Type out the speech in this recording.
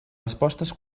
respostes